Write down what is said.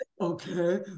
Okay